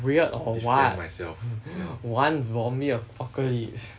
weird or what want zombie apocalypse